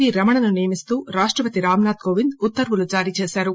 వి రమణను నియమిస్తూ రాష్టపతి రాంనాథ్ కోవింద్ ఉత్వర్వులు జారీ చేశారు